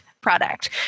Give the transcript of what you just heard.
product